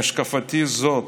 מהשקפתי זאת,